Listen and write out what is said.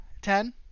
Ten